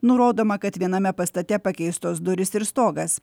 nurodoma kad viename pastate pakeistos durys ir stogas